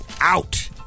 out